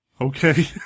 Okay